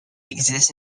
exist